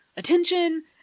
attention